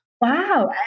Wow